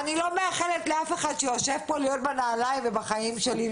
אני לא מאחלת לאף אחד שיושב פה להיות בנעליים ובחיים שלי,